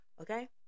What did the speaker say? Okay